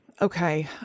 Okay